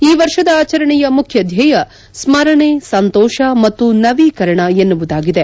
ಈ ವರ್ಷದ ಆಚರಣೆಯ ಮುಖ್ಯ ಧ್ನೇಯ ಸ್ಕರಣೆ ಸಂತೋಷ ಮತ್ತು ನವೀಕರಣ ಎನ್ನುವುದಾಗಿದೆ